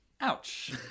Ouch